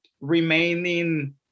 remaining